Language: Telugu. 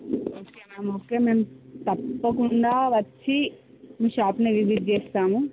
ఓకే మ్యామ్ ఓకే మ్యామ్ తప్పకుండా వచ్చి మీ షాప్ని విసిట్ చేస్తాము